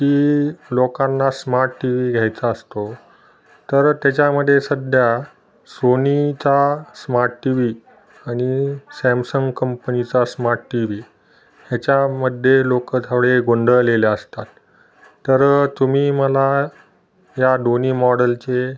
की लोकांना smart T V घ्यायचा असतो तर त्याच्यामध्ये सध्या सोनीचा स्मार्ट टी व्ही आणि सॅमसंग कंपनीचा स्मार्ट टी व्ही ह्याच्यामध्ये लोकं थोडे गोंधळलेले असतात तर तुम्ही मला या दोन्ही मॉडलचे